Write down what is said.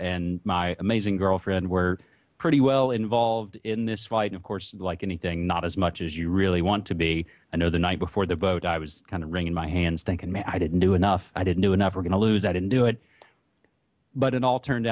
and my amazing girlfriend were pretty well involved in this fight of course like anything not as much as you really want to be i know the night before the vote i was kind of wringing my hands thinking maybe i didn't do enough i didn't do enough we're going to lose i didn't do it but it all turned